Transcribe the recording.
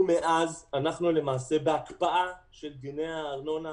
ומאז אנחנו למעשה בהקפאה של דיני הארנונה,